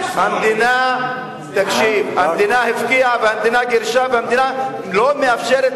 המדינה הפקיעה והמדינה גירשה והמדינה לא מאפשרת